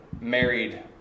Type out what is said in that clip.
married